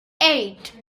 eight